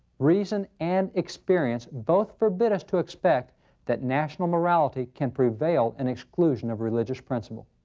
reason and experience both forbid us to expect that national morality can prevail in exclusion of religious principle.